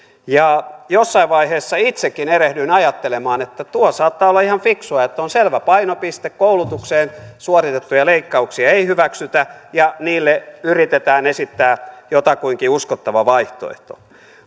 jossain vaiheessa itsekin erehdyin ajattelemaan että tuo saattaa olla ihan fiksua että on selvä painopiste koulutukseen suoritettuja leikkauksia ei hyväksytä ja niille yritetään esittää jotakuinkin uskottava vaihtoehto